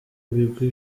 ibigwi